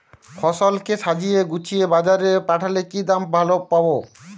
ফসল কে সাজিয়ে গুছিয়ে বাজারে পাঠালে কি দাম ভালো পাব?